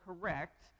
correct